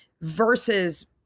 versus